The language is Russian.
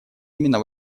именно